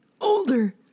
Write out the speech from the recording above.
older